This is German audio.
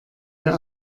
ihr